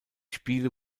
spiele